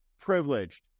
privileged